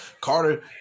Carter